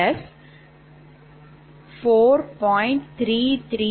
348